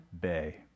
Bay